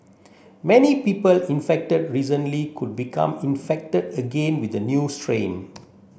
many people infected recently could become infected again with a new strain